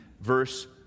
verse